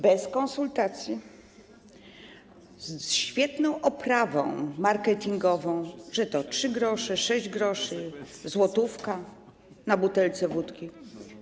Bez konsultacji, ze świetną oprawą marketingową, że to 3 gr, 6 gr, złotówka na butelce wódki.